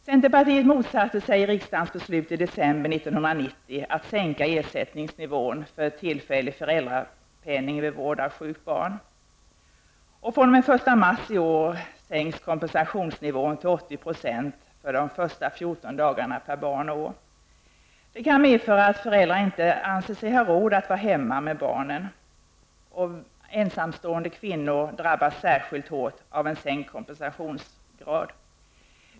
Detta kan medföra att föräldrar inte anser sig ha råd att vara hemma med barnen. Ensamstående kvinnor drabbas särskilt hårt av en sänkt kompensationsgrad.